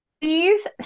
please